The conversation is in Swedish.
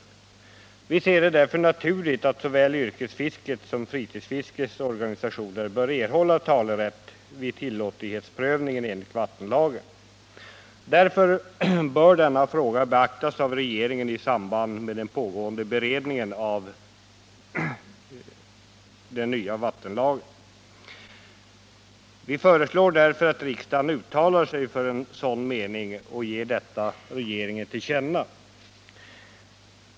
Av den anledningen ser vi det som naturligt att såväl yrkesfiskets som fritidsfiskets organisationer erhåller talerätt vid tillåtlighetsprövningen enligt vattenlagen. Därför bör denna fråga beaktas av regeringen i samband med den pågående beredningen av ny vattenlag. Vi föreslår därför att riksdagen uttalar denna mening och ger den regeringen till känna.